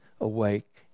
awake